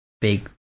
big